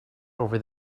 over